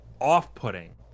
off-putting